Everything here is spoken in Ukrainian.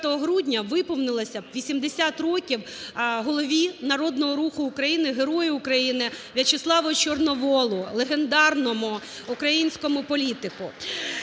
24 грудня виповнилося б 80 років голові Народного Руху України, Герою України В'ячеславу Чорноволу, легендарному українському політику.